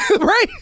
Right